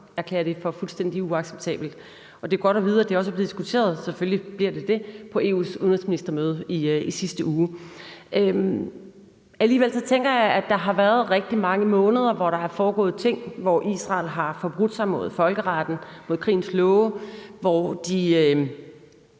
erklærer det for fuldstændig uacceptabelt, og det er godt at vide, at det selvfølgelig også er blevet diskuteret på EU's udenrigsministermøde i sidste uge. Alligevel tænker jeg, at der har været rigtig mange måneder, hvor der er foregået ting, hvor Israel har forbrudt sig mod folkeretten og mod krigens love, hvor de